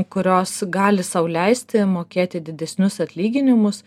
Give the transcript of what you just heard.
kurios gali sau leisti mokėti didesnius atlyginimus